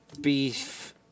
Beef